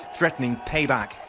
threatening payback.